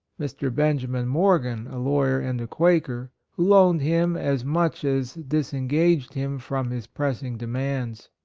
mr. benjamin morgan, a lawyer and a quaker, who loaned him as much as disengaged him from his pressing demands.